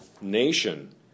nation